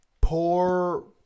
Poor